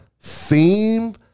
theme